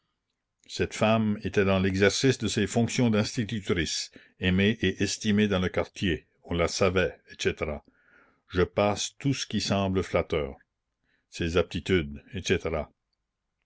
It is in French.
cette femme était dans l'exercice de ses fonctions d'institutrice aimée et estimée dans le quartier on la savait etc je passe tout ce qui semble flatteur ses aptitudes etc